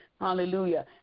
hallelujah